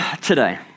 today